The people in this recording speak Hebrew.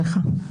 בבקשה.